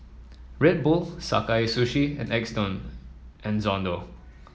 Red Bull Sakae Sushi and X done